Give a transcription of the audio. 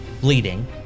bleeding